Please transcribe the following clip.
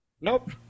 nope